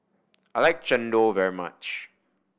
I like chendol very much